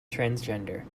transgender